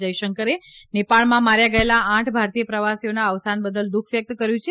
જયશંકરે નેપાળમાં માર્યા ગયેલા આઠ ભારતીય પ્રવાસીઓના અવસાન બદલ દુઃખ વ્યકત કર્યું છે